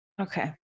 Okay